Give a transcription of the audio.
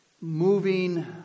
moving